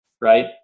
right